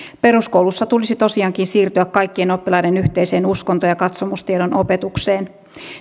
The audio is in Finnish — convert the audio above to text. peruskoulussa tulisi tosiaankin siirtyä kaikkien oppilaiden yhteiseen uskonto ja katsomustiedon opetukseen